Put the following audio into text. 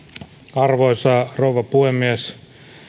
arvoisa rouva puhemies